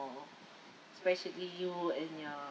especially you and your